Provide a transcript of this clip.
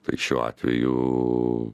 tai šiuo atveju